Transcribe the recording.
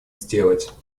сделать